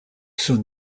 soon